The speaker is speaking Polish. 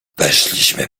weszliśmy